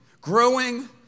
growing